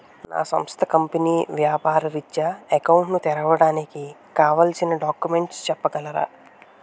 నా సంస్థ కంపెనీ వ్యాపార రిత్య అకౌంట్ ను తెరవడానికి కావాల్సిన డాక్యుమెంట్స్ చెప్పగలరా?